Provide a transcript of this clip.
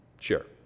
sure